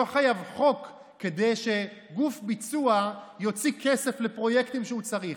לא חייבים חוק כדי שגוף ביצוע יוציא כסף על פרויקטים שהוא צריך.